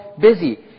busy